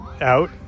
out